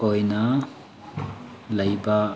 ꯑꯣꯏꯅ ꯂꯩꯕ